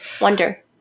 Wonder